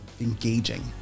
engaging